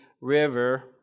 river